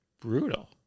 Brutal